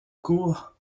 cour